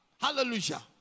Hallelujah